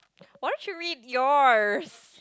why don't you read yours